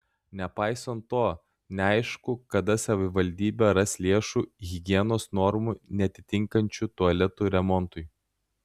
nepaisant to neaišku kada savivaldybė ras lėšų higienos normų neatitinkančių tualetų remontui